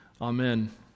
Amen